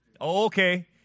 Okay